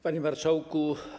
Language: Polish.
Panie Marszałku!